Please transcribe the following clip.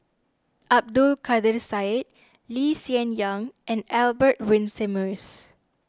Abdul Kadir Syed Lee Hsien Yang and Albert Winsemius